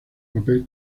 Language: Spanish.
papel